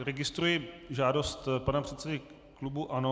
Registruji žádost pana předsedy klubu ANO.